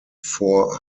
four